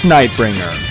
Nightbringer